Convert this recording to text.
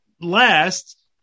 last